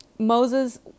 Moses